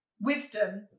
wisdom